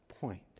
point